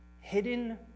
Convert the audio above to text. Hidden